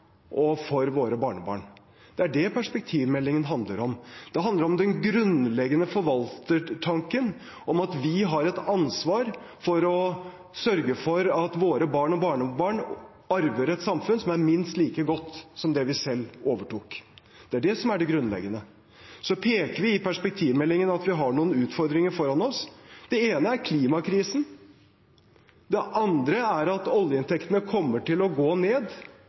barnebarn. Det er det perspektivmeldingen handler om. Det handler om den grunnleggende forvaltertanken om at vi har et ansvar for å sørge for at våre barn og barnebarn arver et samfunn som er minst like godt som det vi selv overtok. Det er det som er det grunnleggende. Så peker vi i perspektivmeldingen på at vi har noen utfordringer foran oss. Det ene er klimakrisen. Det andre er at oljeinntektene kommer til å gå ned,